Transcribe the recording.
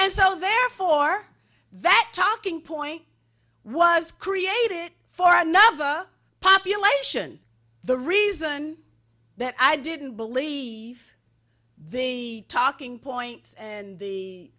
and so therefore that talking point was created for another population the reason that i didn't believe the talking points and the